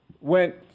went